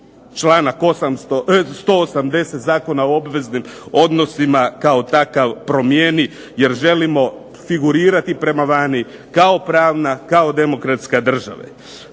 članak 180. Zakona o obveznim odnosima kao takav promijeni jer želimo figurirati prema vani kao pravna, kao demokratska država.